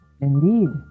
indeed